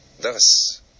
Thus